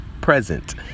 present